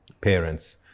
parents